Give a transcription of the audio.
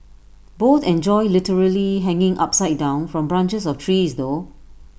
both enjoy literally hanging upside down from branches of trees though